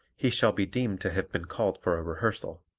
he shall be deemed to have been called for a rehearsal.